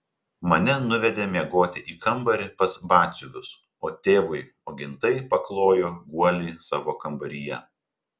mane nuvedė miegoti į kambarį pas batsiuvius o tėvui ogintai paklojo guolį savo kambaryje